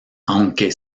aunque